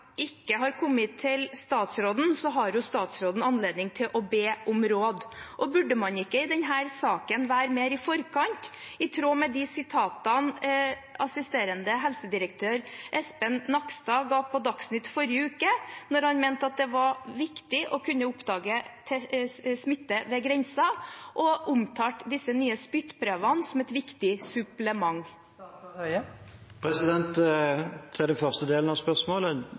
ikke har kommet til statsråden, har jo statsråden anledning til å be om råd. Burde man ikke i denne saken være mer i forkant, i tråd med sitatene fra assisterende helsedirektør Espen Nakstad i Dagsnytt i forrige uke, der han mente at det var viktig å kunne oppdage smitte ved grensen, og omtalte disse nye spyttprøvene som et viktig supplement? Til den første delen av spørsmålet: